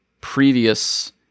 previous